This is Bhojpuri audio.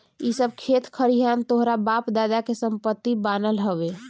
इ सब खेत खरिहान तोहरा बाप दादा के संपत्ति बनाल हवे